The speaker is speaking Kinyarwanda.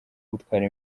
gutwara